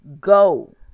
Go